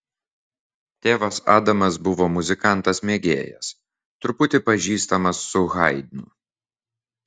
tėvas adamas buvo muzikantas mėgėjas truputį pažįstamas su haidnu